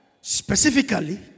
specifically